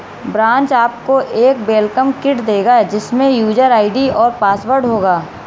branch आपको एक welcome kit देगा जिसमे यूजर आई.डी और पासवर्ड होगा